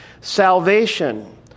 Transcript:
salvation